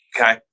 Okay